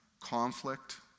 conflict